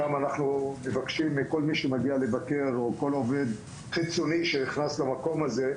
שם אנחנו מבקשים מכל מי שמגיע לבקר או כל עובד חיצוני שנכנס למקום הזה,